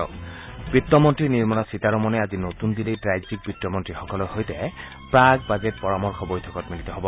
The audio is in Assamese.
বিত্তমন্তী নিৰ্মলা সীতাৰমনে আজি নতুন দিন্নীত ৰাজ্যিক বিত্তমন্তীসকলৰ সৈতে প্ৰাক বাজেট পৰামৰ্শ বৈঠকত মিলিত হব